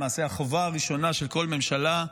למעשה החובה הראשונה של כל ממשלה,